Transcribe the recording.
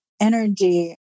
energy